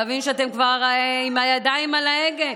להבין שאתם כבר עם הידיים על ההגה.